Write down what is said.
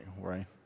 right